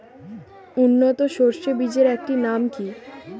উন্নত সরষে বীজের একটি নাম কি?